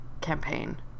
campaign